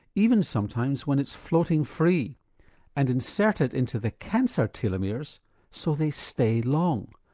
even sometimes when it's floating free and insert it into the cancer telomeres so they stay long.